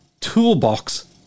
toolbox